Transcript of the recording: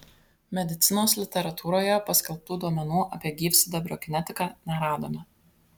medicinos literatūroje paskelbtų duomenų apie gyvsidabrio kinetiką neradome